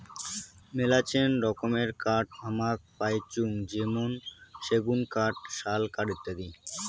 মেলাছেন রকমের কাঠ হামাক পাইচুঙ যেমন সেগুন কাঠ, শাল কাঠ ইত্যাদি